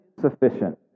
sufficient